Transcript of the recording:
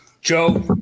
Joe